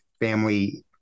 family